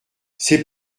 c’est